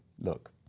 Look